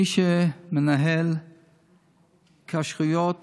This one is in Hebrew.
מי שמנהל כשרויות